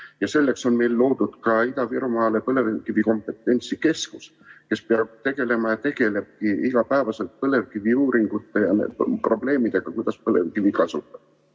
selleks on meil loodud ka Ida-Virumaal Põlevkivi Kompetentsikeskus, kes peab tegelema ja tegelebki igapäevaselt põlevkiviuuringute ja probleemidega, kuidas põlevkivi kasutada. Mul